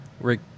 Rick